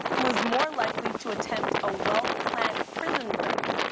who is more likely to attempt a well-planned prison break?